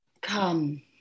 Come